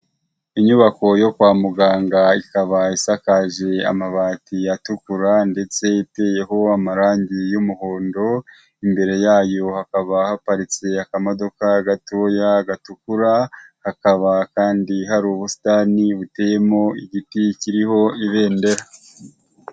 Inyubako yo kwa muganga ikaba isakaje amabati atukura ndetse iteyeho amarangi y'umuhondo, imbere yayo hakaba haparitse akamodoka gatoya gatukura, hakaba kandi hari ubusitani buteyemo igiti kiriho ibendera.